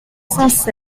cents